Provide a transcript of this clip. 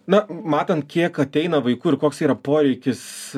na matant kiek ateina vaikų ir koks yra poreikis